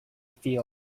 feel